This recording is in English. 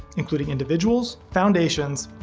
including individuals, foundations,